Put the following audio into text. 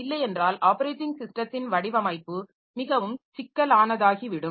இல்லையென்றால் ஆப்பரேட்டிங் ஸிஸ்டத்தின் வடிவமைப்பு மிகவும் சிக்கலானதாகிவிடும்